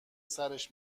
سرش